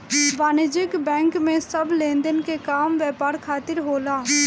वाणिज्यिक बैंक में सब लेनदेन के काम व्यापार खातिर होला